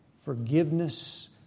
Forgiveness